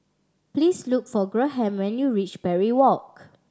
please look for Graham when you reach Parry Walk